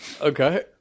Okay